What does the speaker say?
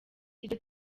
iryo